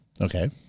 Okay